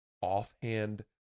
offhand